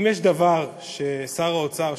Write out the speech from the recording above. אם יש דבר ששר האוצר,